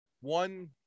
one